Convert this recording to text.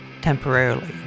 temporarily